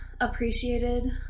appreciated